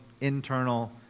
internal